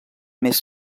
més